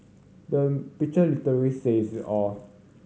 the picture literally says it all